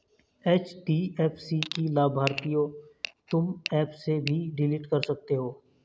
HDFC की लाभार्थियों तुम एप से भी डिलीट कर सकते हो